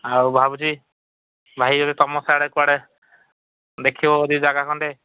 ଆଉ ଭାବୁଚି ଭାଇ ଯଦି ତୁମ ସିଆଡ଼େ କୁଆଡ଼େ ଦେଖିବ ଯଦି ଜାଗା ଖଣ୍ଡେ